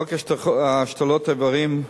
חוק השתלות איברים,